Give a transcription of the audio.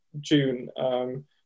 June